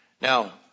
Now